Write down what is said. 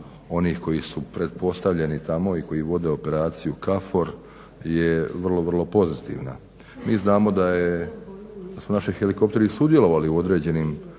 onih koji su pretpostavljeni tamo i koji vode Operaciju KFOR je vrlo, vrlo pozitivna. Mi znamo da su naši helikopteri sudjelovali u određenim